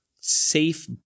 safe